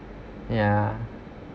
ya